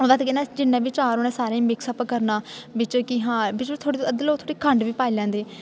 जिन्ना बी चा'र होना सारें गी मिक्स अप करना बिच्च कि हां थोह्ड़े अद्धे लोक बिच्च खंड बी पाई लैंदे